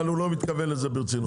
אבל הוא לא מתכוון לזה ברצינות.